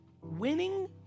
winning